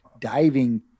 diving